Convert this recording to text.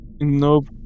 Nope